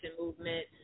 movement